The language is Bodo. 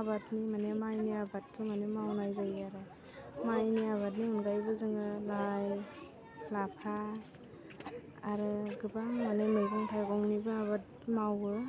आबादनि माने मायनि आबादखौ माने मावनाय जायो आरो मायनि आबादनि अनगायैबो जोङो लाइ लाफा आरो गोबां माने मैगं थाइगंनिबो आबाद मावो